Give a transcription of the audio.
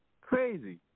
crazy